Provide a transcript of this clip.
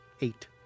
Eight